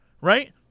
right